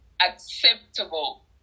acceptable